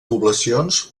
poblacions